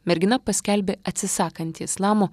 mergina paskelbė atsisakanti islamo